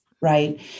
right